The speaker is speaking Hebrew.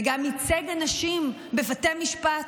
וגם ייצג אנשים בבתי משפט,